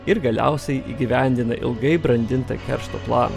ir galiausiai įgyvendina ilgai brandintą keršto planą